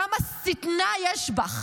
כמה שטנה יש בך.